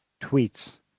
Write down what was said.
tweets